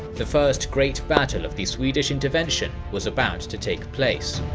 the first great battle of the swedish intervention was about to take place.